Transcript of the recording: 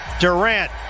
Durant